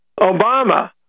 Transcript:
Obama